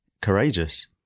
courageous